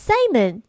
Simon